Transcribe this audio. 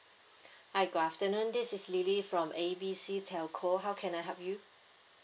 hi good afternoon this is lily from A B C telco how can I help you